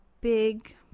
big